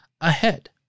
ahead